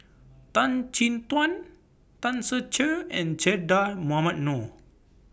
Tan Chin Tuan Tan Ser Cher and Che Dah Mohamed Noor